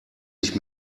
ich